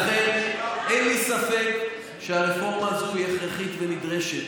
ולכן אין לי ספק שהרפורמה הזאת היא הכרחית ונדרשת.